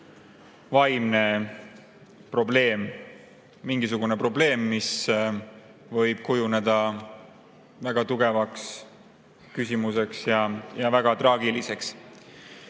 vaimne probleem, mingisugune probleem, mis võib kujuneda väga raskeks küsimuseks ja väga traagiliseks.